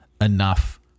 enough